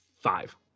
Five